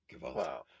Wow